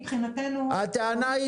הטענה היא